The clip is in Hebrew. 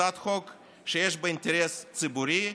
הצעת חוק שיש בה אינטרס ציבורי,